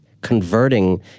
converting